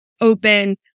open